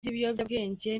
z’ibiyobyabwenge